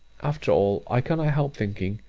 after all, i cannot help thinking,